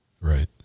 Right